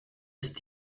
ist